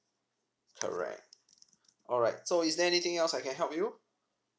correct alright so is there anything else I can help you